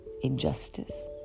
Injustice